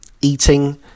eating